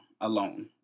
alone